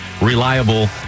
reliable